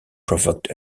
provoked